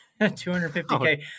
250K